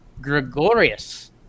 Gregorius